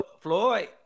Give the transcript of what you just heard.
Floyd